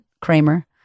Kramer